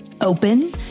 open